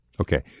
Okay